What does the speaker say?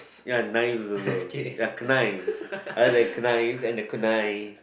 ya knives also ya knives other than knives and the knives